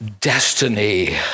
destiny